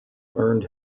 earned